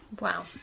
Wow